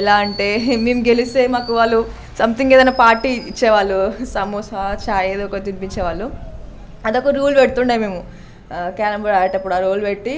ఎలా అంటే మేము గెలిస్తే మాకు వాళ్ళు సంథింగ్ ఏదైనా పార్టీ ఇచ్చేవాళ్ళు సమోసా చాయ్ ఏదో ఒకటి తినిపించేవాళ్ళు అది ఒక రూల్ పెడుతుండే మేము క్యారమ్ బోర్డు ఆడేటప్పుడు ఆ రూల్ పెట్టి